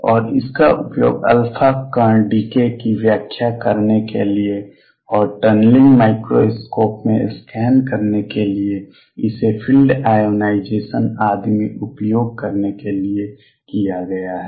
और इसका उपयोग α कण डीके की व्याख्या करने के लिए और टनलिंग माइक्रोस्कोप में स्कैन करने के लिए इसे फ़ील्ड आयोनाइज़ेशन आदि में उपयोग करने के लिए किया गया है